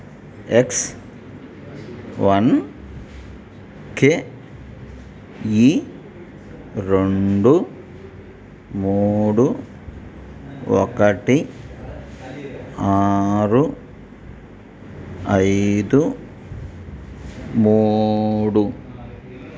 X1KE రెండు మూడు ఒకటి ఆరు ఐదు మూడు